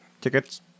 Tickets